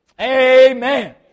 Amen